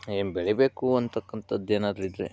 ಏನು ಬೆಳಿಬೇಕು ಅನ್ನತಕ್ಕಂಥದ್ದು ಏನಾದರೂ ಇದ್ದರೆ